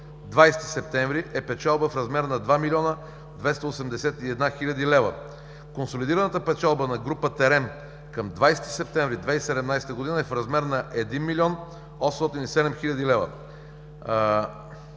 20 септември, е печалба в размер на 2 млн. 281 хил. лв. Консолидираната печалба на група „Терем“ към 20 септември 2017 г. е в размер на 1 млн. 807 хил. лв.